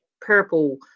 purple